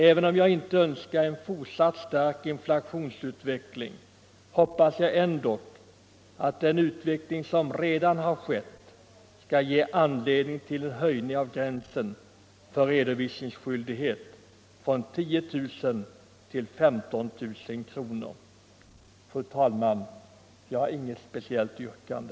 Även om jag inte önskar en fortsatt stark inflationsutveckling, hoppas jag ändock att den utveckling som redan skett skall ge anledning till en höjning av gränsen för redovisningsskyldighet från 10 000 till 15 000 kronor. Fru talman! Jag har inget speciellt yrkande.